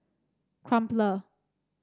Crumpler